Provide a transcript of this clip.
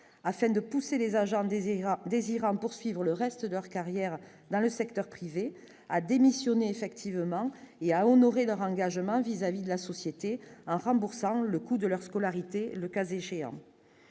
afin de pousser les agents des désirable poursuivre le reste de leur carrière dans le secteur privé a démissionné, effectivement, il y a à honorer leur engagement vis-à-vis de la société en remboursant le coût de leur scolarité, le cas échéant,